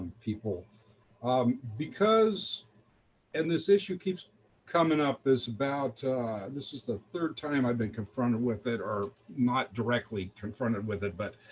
people because and this issue keeps coming up about this is the third time i've been confronted with it or not directly confronted with it, but